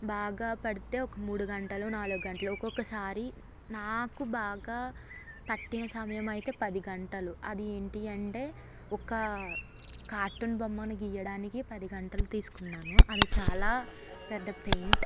బాగా పడితే ఒక మూడు గంటలు నాలుగు గంటలు ఒకొక్కసారి నాకు బాగా పట్టిన సమయమైతే పది గంటలు అది ఏంటి అంటే ఒక కార్టూన్ బొమ్మను గీయడానికి పది గంటలు తీసుకున్నాను అది చాలా పెద్ద పెయింట్